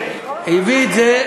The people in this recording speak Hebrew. הביא את זה,